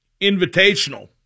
Invitational